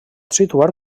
situar